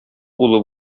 улы